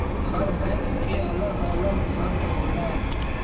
हर bank के अलग अलग शर्त होला